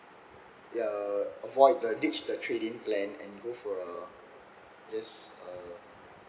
uh avoid the ditch the trade in plan and go for uh just uh